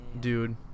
dude